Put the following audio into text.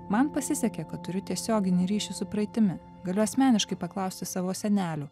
man pasisekė kad turiu tiesioginį ryšį su praeitimi galiu asmeniškai paklausti savo senelių